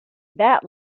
that